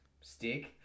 stick